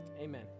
amen